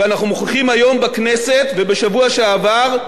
ואנחנו מוכיחים היום בכנסת, ובשבוע שעבר,